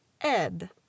Ed